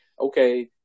okay